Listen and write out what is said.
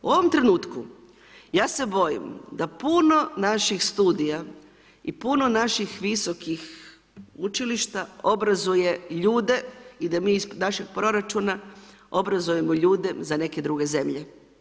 U ovom trenutku ja se bojim da puno naših studija i puno naših visokih učilišta obrazuje ljude i da mi iz našeg proračuna obrazujemo ljude za neke druge zemlje.